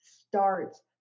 starts